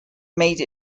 made